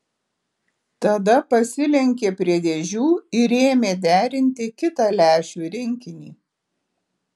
tada pasilenkė prie dėžių ir ėmė derinti kitą lęšių rinkinį